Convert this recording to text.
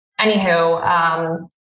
anywho